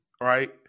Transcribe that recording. right